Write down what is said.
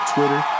Twitter